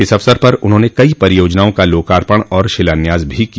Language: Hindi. इस अवसर पर उन्होंने कई परियोजनाओ का लोकार्पण और शिलान्यास भी किया